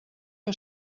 que